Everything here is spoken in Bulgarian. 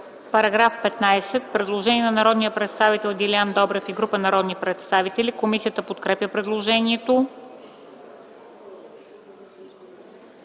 Параграф 6 – предложение на народния представител Делян Добрев и група народни представители. Комисията подкрепя предложението.